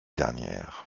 dernière